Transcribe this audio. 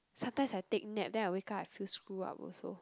sometimes I take nap then I wake up I feel screw up also